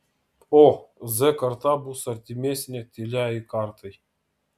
o z karta bus artimesnė tyliajai kartai